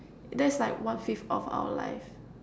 that's like one fifth of our life